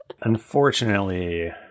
Unfortunately